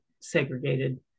segregated